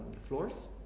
floors